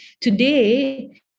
today